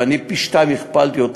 ואני הכפלתי,